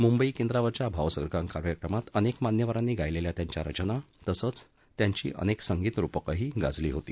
मुंबई केंद्रावरच्या भावसरगम कार्यक्रमात अनेक मान्यवरांनी गायलेल्या त्यांच्या रचना तसंच आणि त्यांची अनेक संगीत रुपकंही गाजली होती